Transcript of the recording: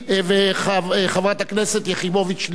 וחברת הכנסת יחימוביץ שלישית.